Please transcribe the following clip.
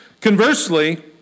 Conversely